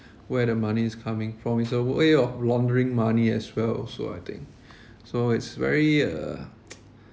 where the money is coming from it's a way of laundering money as well also I think so it's very uh